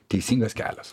teisingas kelias